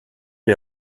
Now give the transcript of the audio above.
les